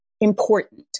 important